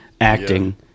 acting